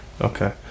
Okay